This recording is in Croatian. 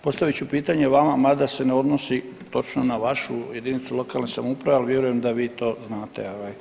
Postavit ću pitanje vama mada se ne odnosi točno na vašu jedinicu lokalne samouprave, ali vjerujem da vi to znate.